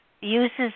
uses